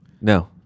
no